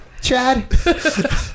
Chad